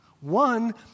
One